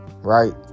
right